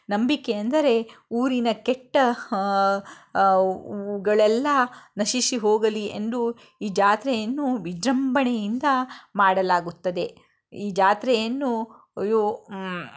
ನಂಬಿಕೆ ಅಂದರೆ ಊರಿನ ಕೆಟ್ಟ ಗಳೆಲ್ಲ ನಶಿಸಿ ಹೋಗಲಿ ಎಂದು ಈ ಜಾತ್ರೆಯನ್ನು ವಿಜೃಂಭಣೆಯಿಂದ ಮಾಡಲಾಗುತ್ತದೆ ಈ ಜಾತ್ರೆಯನ್ನು ಅಯೋ